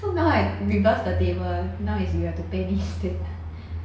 so now I reverse the table now is you have to pay me instead